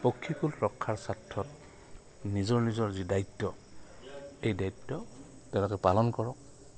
পক্ষীকুল ৰক্ষাৰ স্বাৰ্থত নিজৰ নিজৰ যি দায়িত্ব এই দ্বায়িত্ব তেওঁলোকে পালন কৰক